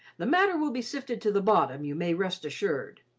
the matter will be sifted to the bottom, you may rest assured.